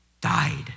died